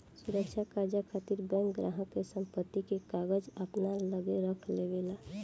सुरक्षा कर्जा खातिर बैंक ग्राहक के संपत्ति के कागज अपना लगे रख लेवे ला